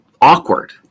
awkward